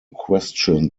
questioned